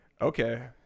Okay